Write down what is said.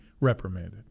reprimanded